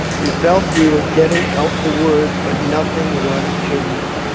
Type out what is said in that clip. we felt we were getting out the word but nothing was changing.